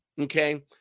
Okay